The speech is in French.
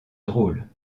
drôle